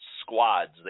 squads